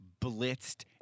blitzed